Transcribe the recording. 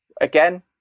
again